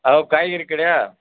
hello காய்கறி கடையா